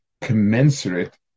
commensurate